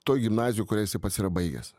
toj gimnazijoj kurią jisai pats yra baigęs